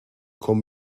komm